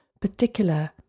particular